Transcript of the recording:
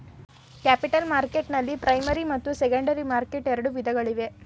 capital ಮಾರ್ಕೆಟ್ನಲ್ಲಿ primary ಮತ್ತು secondary market ಎರಡು ವಿಧಗಳಿವೆ